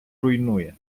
руйнує